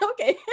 okay